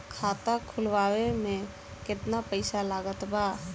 खाता खुलावे म केतना पईसा लागत बा?